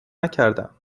نکردم